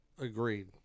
agreed